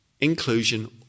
inclusion